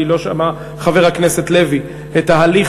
כי לא שמע חבר הכנסת לוי את ההליך